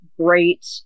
Great